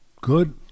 good